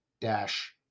dash